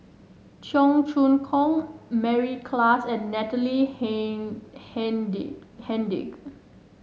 Cheong Choong Kong Mary Klass and Natalie Hennedige